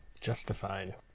justified